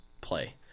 play